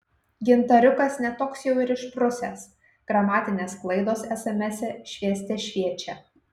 gintariukas ne toks jau ir išprusęs gramatinės klaidos esemese švieste šviečia